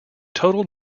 total